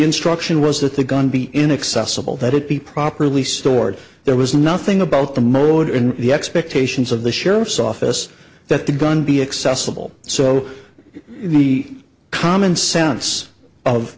instruction was that the gun be inaccessible that it be properly stored there was nothing about the mode in the expectations of the sheriff's office that the gun be accessible so the common sense of